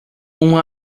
uma